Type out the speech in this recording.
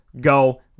go